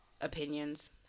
opinions